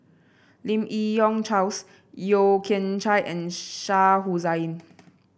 Lim Yi Yong Charles Yeo Kian Chai and Shah Hussain